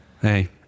Hey